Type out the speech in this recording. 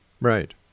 Right